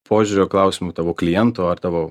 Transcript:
požiūrio klausimu tavo kliento ar tavo